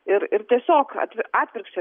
ir ir tiesiog atvi atvirkščia